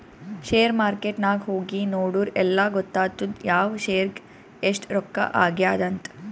share market ನಾಗ್ ಹೋಗಿ ನೋಡುರ್ ಎಲ್ಲಾ ಗೊತ್ತಾತ್ತುದ್ ಯಾವ್ ಶೇರ್ಗ್ ಎಸ್ಟ್ ರೊಕ್ಕಾ ಆಗ್ಯಾದ್ ಅಂತ್